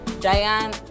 Diane